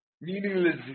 meaningless